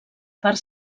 part